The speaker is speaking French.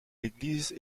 l’église